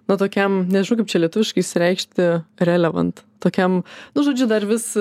na tokiam nežinau kaip čia lietuviškai išsireikšti relevant tokiam nu žodžiu dar vis